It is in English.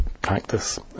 practice